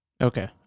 Okay